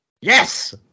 Yes